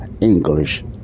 English